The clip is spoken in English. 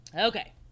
okay